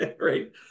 Right